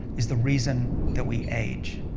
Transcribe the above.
is the reason that we age.